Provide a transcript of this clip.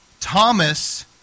Thomas